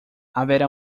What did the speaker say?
haverá